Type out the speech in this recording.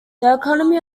economy